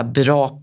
bra